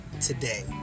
today